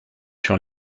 sur